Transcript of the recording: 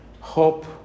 hope